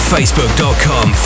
Facebook.com